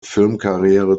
filmkarriere